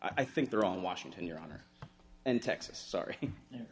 i think they're on washington your honor and texas sorry